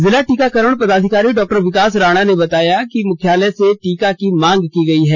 जिला टीकाकरण पदाधिकारी डॉ विकास राणा ने बताया कि मुख्यालय से टीका की मांग की गई है